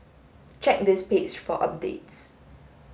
check this page for updates